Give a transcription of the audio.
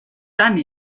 tant